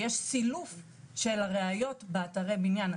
סילוף של הראיות באתרי הבניין.